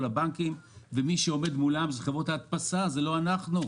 כל הבנקים ומי שעומד מולן אלה חברות ההדפסה ולא אנחנו.